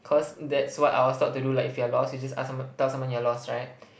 cause that's what I was taught to do like if you're lost you just ask someon~ tell someone you're lost right